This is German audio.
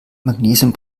magnesium